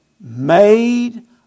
made